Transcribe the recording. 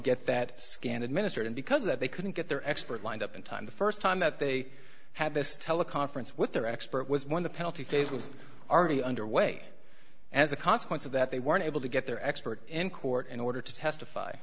get that scan administered and because of that they couldn't get their expert lined up in time the first time that they had this teleconference with their expert was one of the penalty phase was already underway as a consequence of that they weren't able to get their expert in court in order to testify